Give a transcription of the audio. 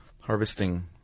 harvesting